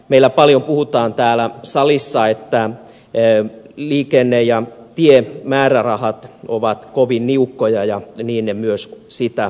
meillä paljon puhutaan täällä salissa että liikenne ja tiemäärärahat ovat kovin niukkoja ja niin ne sitä myös ovat